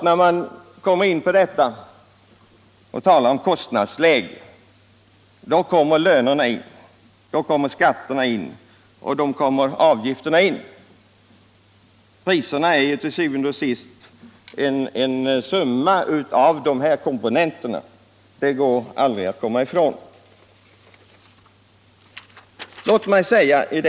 När man talar om kostnadsläget kommer naturligtvis lönerna, skatterna och avgifterna in i bilden. Priserna är til syvende og sidst en summa av dessa komponenter, det går aldrig att komma förbi.